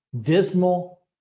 dismal